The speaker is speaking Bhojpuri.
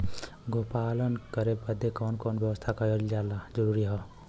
गोपालन करे बदे कवन कवन व्यवस्था कइल जरूरी ह?